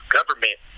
government